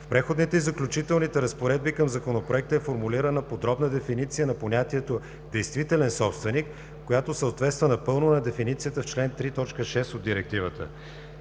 В Преходните и заключителните разпоредби към Законопроекта е формулирана подробна дефиниция на понятието „действителен собственик“, която съответства напълно на дефиницията в чл. 3, т. 6 от Директивата.